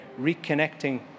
reconnecting